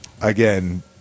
Again